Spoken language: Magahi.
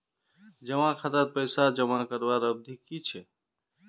जमा खातात पैसा जमा करवार अवधि की छे?